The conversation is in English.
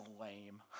lame